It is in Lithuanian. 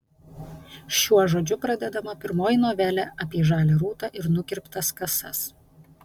šiuo žodžiu pradedama pirmoji novelė apie žalią rūtą ir nukirptas kasas